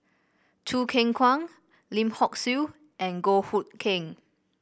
Choo Keng Kwang Lim Hock Siew and Goh Hood Keng